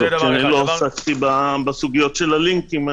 לא עסקתי בסוגיות של הלינקים.